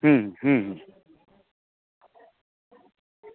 হুম হুম হুম হুম